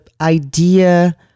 idea